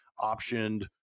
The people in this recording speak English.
optioned